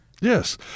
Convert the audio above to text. Yes